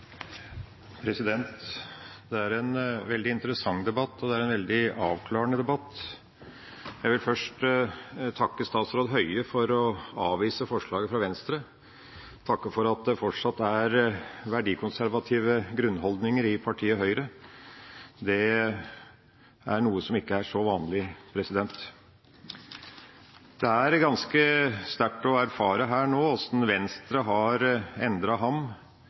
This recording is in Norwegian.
en veldig interessant debatt, det er en veldig avklarende debatt. Jeg vil først takke statsråd Høie for å avvise forslaget fra Venstre og takke for at det fortsatt er verdikonservative grunnholdninger i partiet Høyre. Det er noe som ikke er så vanlig. Det er ganske sterkt å erfare hvordan Venstre nå har skiftet ham – Venstre